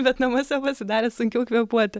bet namuose pasidarė sunkiau kvėpuoti